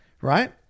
right